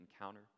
encounter